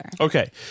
Okay